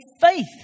faith